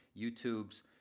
YouTube's